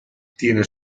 tiene